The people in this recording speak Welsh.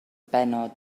bennod